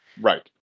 Right